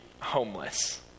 homeless